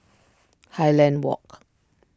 Highland Walk